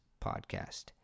podcast